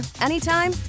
anytime